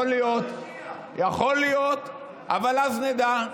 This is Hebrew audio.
הוא עוד לא הגיע.